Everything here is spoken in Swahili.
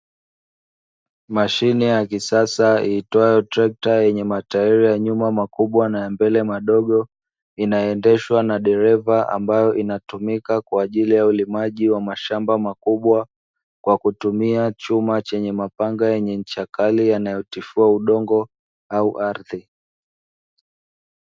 Mashine ya kisasa iitwayo trekta yenye matairi ya nyuma makubwa na ya mbele madogo, inaendeshwa na dereva ambayo inatumika kwa ajili ya ulimaji wa mashamba makubwa, kwa kutumia chuma chenye mapanga yenye ncha kali yanayotifua udongo au ardhi.